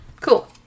cool